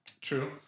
True